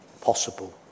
possible